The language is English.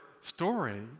story